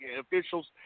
officials